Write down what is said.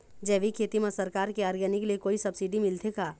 जैविक खेती म सरकार के ऑर्गेनिक ले कोई सब्सिडी मिलथे का?